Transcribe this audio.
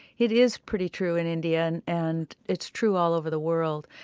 it is pretty true in india, and and it's true all over the world.